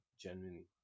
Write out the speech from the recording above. Genuinely